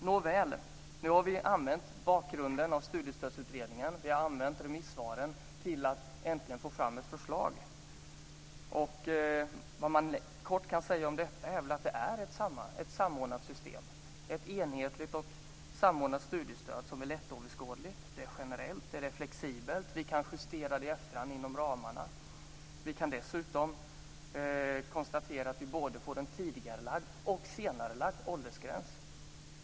Nåväl, nu har vi använt bakgrunden till Studiestödsutredningen och remissvaren för att äntligen få fram ett förslag. Vad man kort kan säga om detta är väl att det är ett samordnat system. Det är ett enhetligt och samordnat studiestöd. Det är lättöverskådligt, generellt och flexibelt. Vi kan justera det i efterhand inom ramarna. Vi kan dessutom konstatera att vi får en både tidigarelagd och senarelagd åldersgräns.